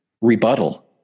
rebuttal